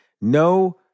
No